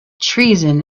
treason